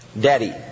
Daddy